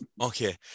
Okay